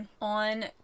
on